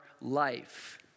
life